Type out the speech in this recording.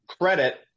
credit